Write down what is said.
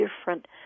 different